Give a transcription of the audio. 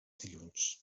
dilluns